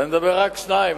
ואני מדבר רק על שניים,